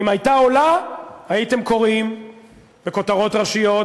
אם היא הייתה עולה הייתם קוראים בכותרות ראשיות,